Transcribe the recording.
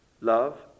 love